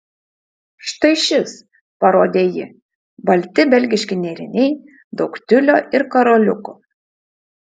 štai šis parodė ji balti belgiški nėriniai daug tiulio ir karoliukų